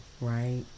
right